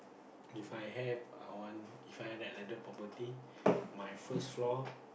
If I have I want If I have that landed property my first floor